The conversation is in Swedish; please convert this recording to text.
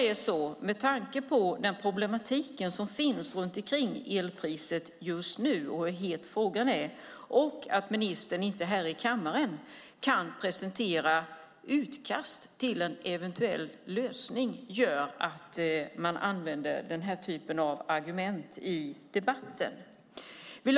Problemet med elpriset just nu - med tanke på hur het frågan är - och att ministern inte här i kammaren kan presentera utkast till en eventuell lösning, leder till att man använder den typen av argument i debatten.